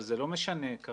אבל זה לא משנה כרגע.